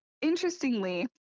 interestingly